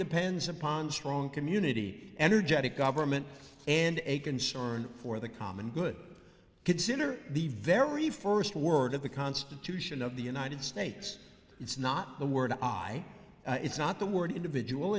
depends upon strong community energetic government and a concern for the common good consider the very first word of the constitution of the united states it's not the word i it's not the word individual